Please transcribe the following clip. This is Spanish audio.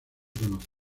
conoce